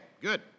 good